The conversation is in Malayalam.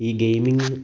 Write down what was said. ഈ ഗെയിമിങ്ങുകളും